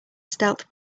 stealth